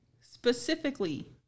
specifically